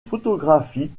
photographie